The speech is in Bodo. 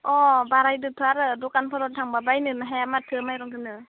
अ बारायदोथ' आरो दखानफोराव थांब्ला बायनोनो हाया माथो माइरंखोनो